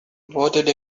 voted